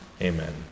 Amen